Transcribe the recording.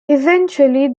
eventually